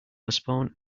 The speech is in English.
postpone